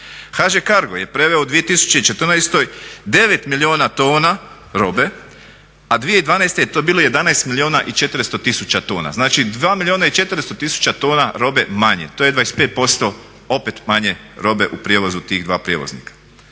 HŽ CARGO je preveo u 2014 9 milijuna tona robe, a 2011.je to bilo 11 milijuna i 400 tisuća tona, znači 2 milijuna 400 tisuća tona robe manje, to je 25% opet manje robe u prijevozu tih dva prijevoznika.